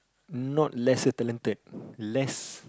not lesser talented less